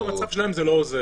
במצב של היום זה לא עוזר.